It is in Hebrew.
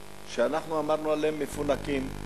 שאנחנו אמרנו עליהם "מפונקים",